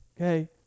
okay